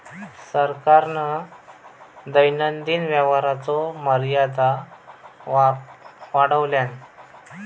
सरकारान दैनंदिन व्यवहाराचो मर्यादा वाढवल्यान